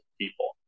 people